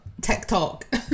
TikTok